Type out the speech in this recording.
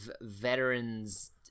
veterans